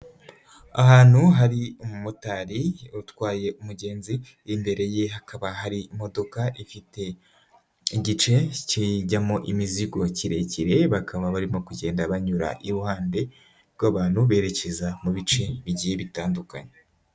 Ahantu hari umumotari utwaye umugenzi imbere ye hakaba hari imodoka ifite igice kijyamo imizigo kirekire, bakaba barimo kugenda banyura iruhande rw'abantu berekeza mu bice bigiye bitandukanye.